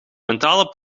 mentale